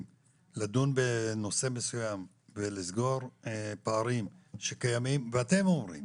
לדון בנושא מסוים ולסגור פערים שקיימים ואתם אומרים,